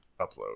upload